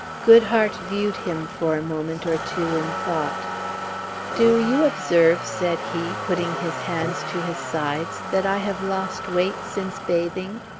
goodhart viewed him for a moment or two in thought do you observe, said he, putting his hands to his sides, that i have lost weight since bathing?